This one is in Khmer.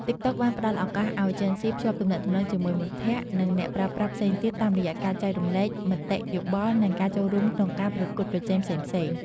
តិកតុកបានផ្ដល់ឱកាសឱ្យជេនហ្ស៊ីភ្ជាប់ទំនាក់ទំនងជាមួយមិត្តភក្តិ និងអ្នកប្រើប្រាស់ផ្សេងទៀតតាមរយៈការចែករំលែក មតិយោបល់ និងការចូលរួមក្នុងការការប្រកួតប្រជែងផ្សេងៗ។